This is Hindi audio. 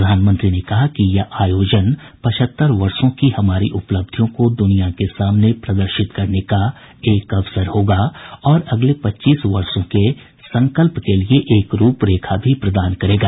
प्रधानमंत्री ने कहा कि यह आयोजन पचहत्तर वर्षों की हमारी उपलब्धियों को दुनिया के सामने प्रदर्शित करने का एक अवसर होगा और अगले पच्चीस वर्षो के संकल्प के लिए एक रूपरेखा भी प्रदान करेगा